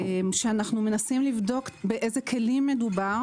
כשאנחנו מנסים לבדוק באיזה כלים מדובר